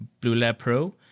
BlueLabPro